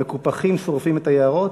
המקופחים שורפים את היערות?